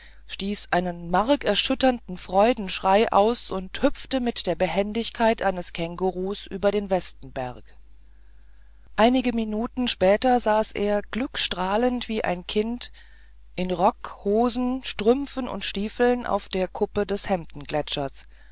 stieß einen markerschütternden freudenschrei aus und hüpfte mit der behendigkeit eines känguruhs über den westenberg einige minuten später saß er glückstrahlend wie ein kind in rock hosen strümpfen und stiefeln auf der kuppe des